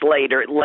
later